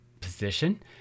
position